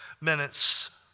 minutes